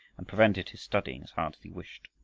and prevented his studying as hard as he wished.